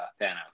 thanos